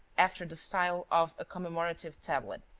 after the style of a commemorative tablet.